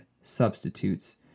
substitutes